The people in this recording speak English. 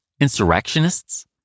Insurrectionists